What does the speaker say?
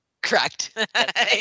Correct